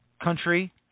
country